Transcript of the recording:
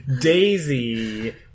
daisy